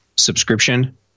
subscription